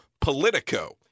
Politico